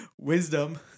Wisdom